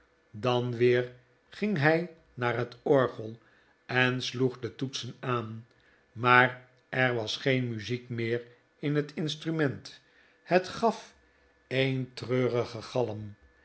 dan weer ging hij naar het orgel en sloeg de toetsen aan maar er was geen muziek meer in het instrument het gaf een treurigen galm